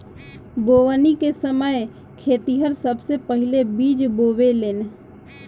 बोवनी के समय खेतिहर सबसे पहिले बिज बोवेलेन